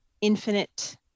infinite